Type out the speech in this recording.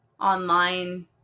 online